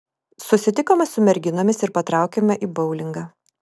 susitikome su merginomis ir patraukėme į boulingą